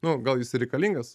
nu gal jis ir reikalingas